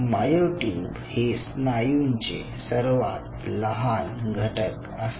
myotube हे स्नायूंचे सर्वात लहान घटक असतात